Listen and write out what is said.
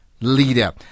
leader